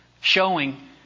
showing